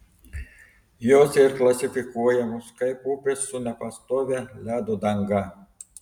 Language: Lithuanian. jos ir klasifikuojamos kaip upės su nepastovia ledo danga